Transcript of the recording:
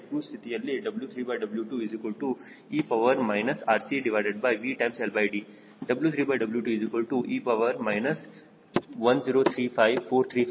ಹಾಗಾದರೆ ಕ್ರೂಜ್ ಸ್ಥಿತಿಯಲ್ಲಿ W3W2e RCVLD W3W2e 10354350